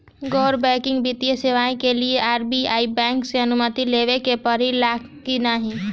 गैर बैंकिंग वित्तीय सेवाएं के लिए आर.बी.आई बैंक से अनुमती लेवे के पड़े ला की नाहीं?